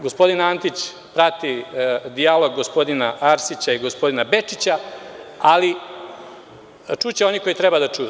Gospodin Antić prati dijalog gospodina Arsića i gospodina Bečića, ali čuće oni koji treba da čuju.